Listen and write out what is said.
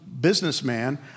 businessman